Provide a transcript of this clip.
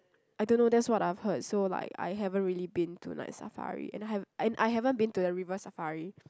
I don't know that's what I've heard so like I haven't really been to Night-Safari and I have and I haven't been to the River-Safari